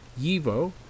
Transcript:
YIVO